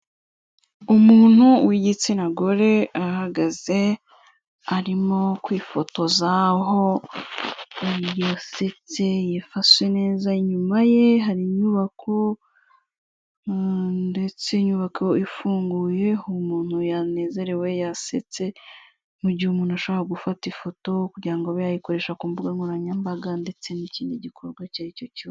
Umuntu w'igitsina gore ahagaze arimo kwifotoza aho yasetse yifashe neza, inyuma ye hari inyubako ndetse inyubako ifunguye umuntu yanezerewe yasetse mu gihe umuntu ashobora gufata ifoto kugirango abe yayikoresha ku mbuga nkoranyambaga ndetse n'kindi gikorwa icyo aricyo cyose.